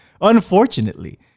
Unfortunately